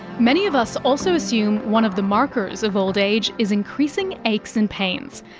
many of us also assume one of the markers of old age is increasing aches and pains.